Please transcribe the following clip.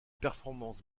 performances